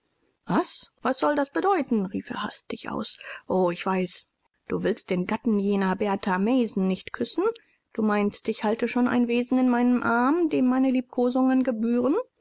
was was soll das bedeuten rief er hastig aus o ich weiß du willst den gatten jener berta mason nicht küssen du meinst ich halte schon ein wesen in meinem arm dem meine liebkosungen gebühren